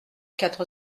quatre